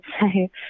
say